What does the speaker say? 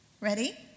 Ready